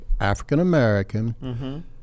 African-American